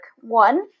one